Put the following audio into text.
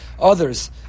others